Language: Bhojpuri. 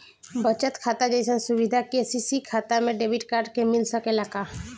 बचत खाता जइसन सुविधा के.सी.सी खाता में डेबिट कार्ड के मिल सकेला का?